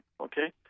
okay